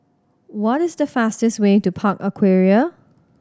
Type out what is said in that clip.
what is the fastest way to Park Aquaria